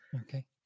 okay